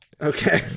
Okay